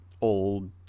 old